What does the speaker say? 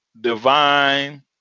divine